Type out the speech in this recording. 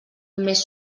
més